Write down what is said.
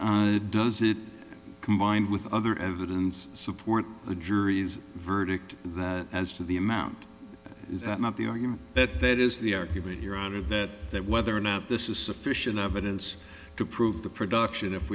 it does it combined with other evidence to support a jury's verdict that as to the amount is that not the argument that that is the argument here under that that whether or not this is sufficient evidence to prove the production if